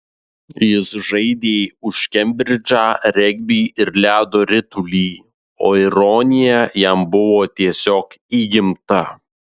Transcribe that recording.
jis žaidė už kembridžą regbį ir ledo ritulį o ironija jam buvo tiesiog įgimta